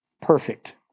perfect